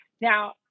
Now